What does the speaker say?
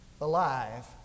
alive